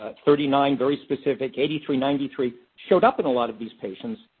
ah thirty nine very specific, eighty three, ninety three, showed up in a lot of these patients.